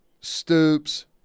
Stoops